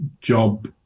job